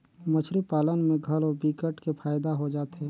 मछरी पालन में घलो विकट के फायदा हो जाथे